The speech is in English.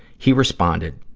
he responded,